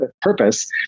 purpose